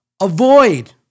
avoid